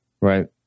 Right